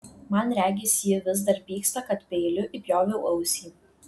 man regis ji vis dar pyksta kad peiliu įpjoviau ausį